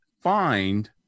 find